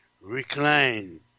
recline